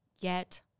get